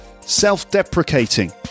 Self-deprecating